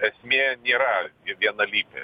esmė nėra vienalytė